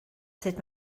sut